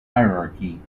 hierarchy